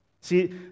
See